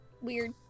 weird